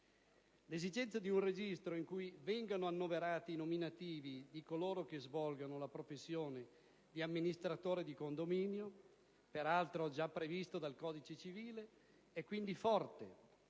L'esigenza di un registro in cui vengano annoverati i nominativi di coloro che svolgono la professione di amministratore di condominio, peraltro già previsto dal codice civile, è quindi forte,